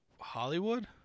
Hollywood